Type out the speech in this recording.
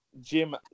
Jim